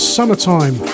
Summertime